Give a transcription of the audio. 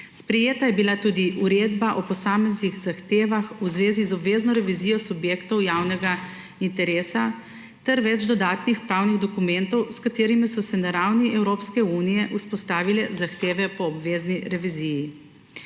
Sprejeta je bila tudi uredba o posameznih zahtevah v zvezi z obvezno revizijo subjektov javnega interesa ter več dodatnih pravnih dokumentov, s katerimi so se na ravni Evropske unije vzpostavile zahteve po obvezni reviziji.